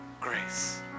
grace